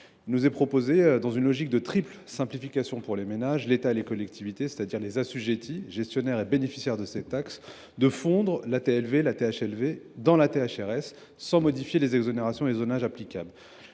Nous proposons donc, dans une logique de triple simplification pour les ménages, l’État et les collectivités, soit respectivement les assujettis, les gestionnaires et les bénéficiaires de ces taxes, de fondre la TLV et la THLV dans la THRS, sans modifier les exonérations ni les zonages applicables.